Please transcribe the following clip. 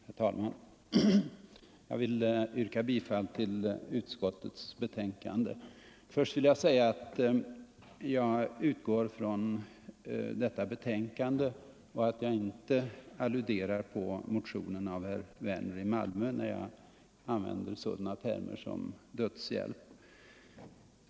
Herr talman! Jag vill yrka bifall till utskottets hemställan. Till att börja med vill jag säga att jag utgår från det föreliggande betänkandet och inte alluderar på motionerna av herr Werner i Malmö när jag använder sådana termer som dödshjälp.